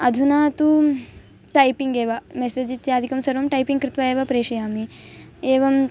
अधुना तु टैपिङ्गेव मेसेज् इत्यादिकं सर्वं टैपिङ्ग् कृत्वा एव प्रेषयामि एवम्